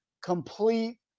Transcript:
complete